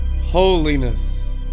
Holiness